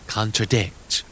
Contradict